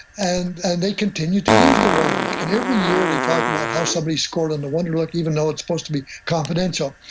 and and they continue to use the wonderlic. and every year they talk about how somebody scored on the wonderlic even though it's supposed to be confidential.